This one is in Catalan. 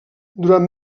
durant